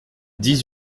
dix